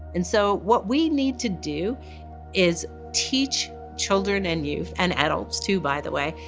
and so, what we need to do is teach children and youth, and adults too, by the way,